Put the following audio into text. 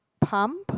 palm